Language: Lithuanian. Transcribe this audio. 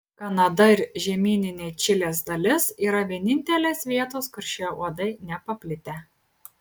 kanada ir žemyninė čilės dalis yra vienintelės vietos kur šie uodai nepaplitę